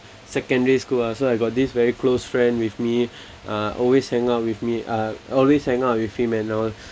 secondary school lah so I got this very close friend with me uh always hang out with me I always hang out with him and all